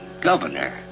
Governor